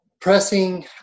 pressing